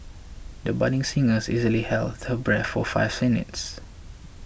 the budding singers easily held her breath for five minutes